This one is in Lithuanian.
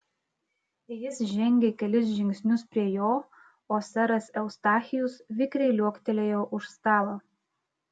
jis žengė kelis žingsnius prie jo o seras eustachijus vikriai liuoktelėjo už stalo